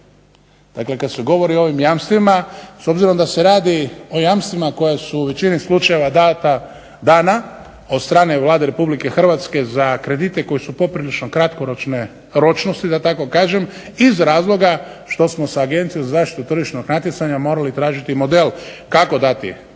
dakle kad se govori o ovim jamstvima s obzirom da se radi o jamstvima koja su u većini slučajeva dana od strane Vlade RH za kredite koji su poprilično kratkoročne ročnosti da tako kažem iz razloga što smo sa Agencijom za zaštitu tržišnog natjecanja morali tražiti model kako dati ta